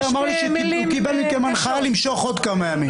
שהוא קיבל מכם הנחיה למשוך עוד כמה ימים.